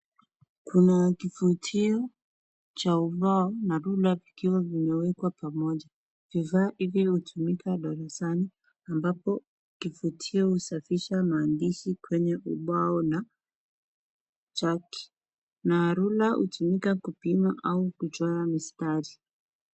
Kuna kifutio cha ubao na rula vikiwa vimewekwa pamoja. Vifaa hivi hutumika darasani ambapo kifutio husafisha maandishi kwenye ubao na chati na rula hutumika kupima au kuchora mistari.